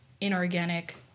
inorganic